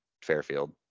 Fairfield